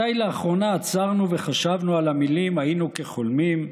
מתי לאחרונה עצרנו וחשבנו על המילים 'היינו כחולמים'?